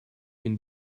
can